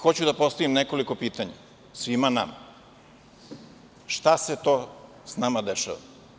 Hoću da postavim nekoliko pitanja svima nama - šta se to s nama dešava?